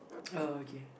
uh okay